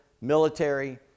military